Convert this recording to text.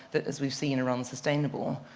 that, as we've seen, are unsustainable.